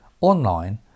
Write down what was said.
online